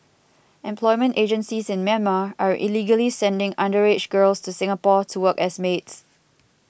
employment agencies in Myanmar are illegally sending underage girls to Singapore to work as maids